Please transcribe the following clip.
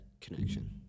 connection